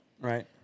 right